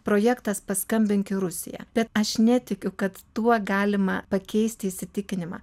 projektas paskambink į rusiją bet aš netikiu kad tuo galima pakeisti įsitikinimą